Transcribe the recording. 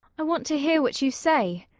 i want to hear what you say.